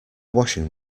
washing